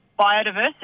biodiversity